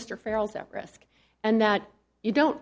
mr ferals at risk and that you don't